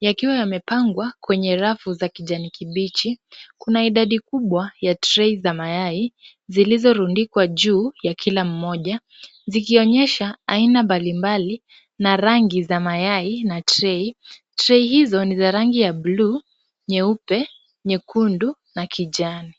yakiwa yamepangwa kwenye rafu za kijani kibichi. Kuna idadi kubwa ya trei za mayai zilizorundikwa juu ya kila moja, zikionyesha aina mbalimbali na rangi za mayai na trei, trei hizo ni za rangi ya bluu, nyeupe, nyekundu, na kijani.